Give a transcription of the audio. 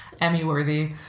Emmy-worthy